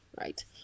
right